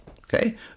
okay